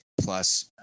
plus